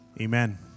Amen